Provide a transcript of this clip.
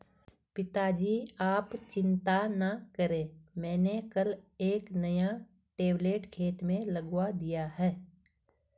पिताजी आप चिंता ना करें मैंने कल एक नया ट्यूबवेल खेत में लगवा दिया है